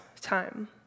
time